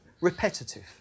repetitive